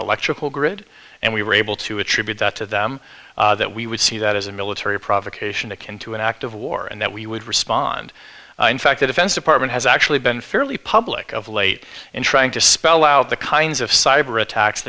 electrical grid and we were able to attribute that to them that we would see that as a military provocation akin to an act of war and that we would respond in fact the defense department has actually been fairly public of late in trying to spell out the kinds of cyber attacks